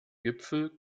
gipfel